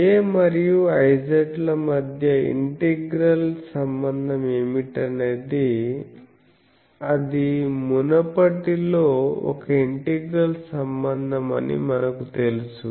A మరియు Iz ల మధ్య ఇంటిగ్రల్ సంబంధం ఏమిటనేది అది మునుపటిలో ఒక ఇంటిగ్రల్ సంబంధం అని మనకు తెలుసు